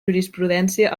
jurisprudència